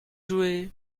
jouer